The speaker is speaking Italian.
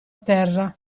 terra